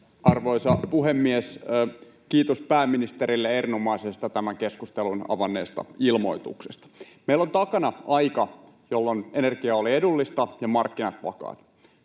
Arvoisa puhemies! Kiitos pääministerille erinomaisesta tämän keskustelun avanneesta ilmoituksesta. — Meillä on takana aika, jolloin energia oli edullista ja markkinat vakaat.